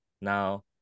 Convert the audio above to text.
now